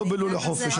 לא בלולי חופש.